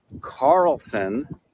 Carlson